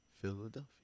Philadelphia